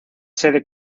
sede